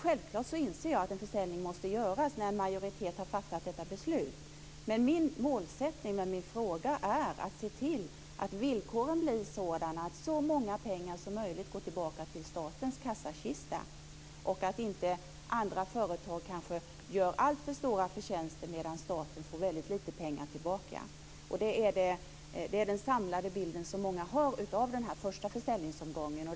Självklart inser jag att en försäljning måste genomföras när en majoritet har fattat detta beslut, men målsättningen med min fråga är att se till att villkoren blir sådana att så mycket pengar som möjligt går tillbaka till statens kassakista och att inte andra företag kanske gör alltför stora förtjänster medan staten får väldigt lite pengar tillbaka. Det är den samlade bild som många har av den första försäljningsomgången.